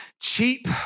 cheap